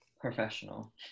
professional